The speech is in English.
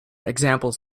examples